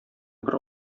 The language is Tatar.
бер